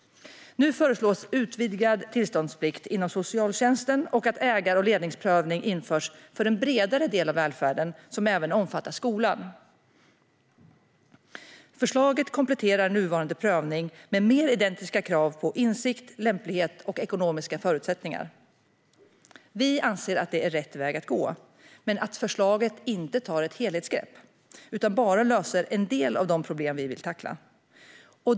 Nu föreslås utvidgad tillståndsplikt inom socialtjänsten och att ägar och ledningsprövning införs för en bredare del av välfärden som även omfattar skolan. Förslaget kompletterar nuvarande prövning med mer identiska krav på insikt, lämplighet och ekonomiska förutsättningar. Vi anser att det är rätt väg att gå men att förslaget inte tar ett helhetsgrepp utan bara löser en del av de problem som vi vill tackla.